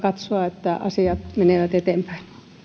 katsoa että asiat menevät eteenpäin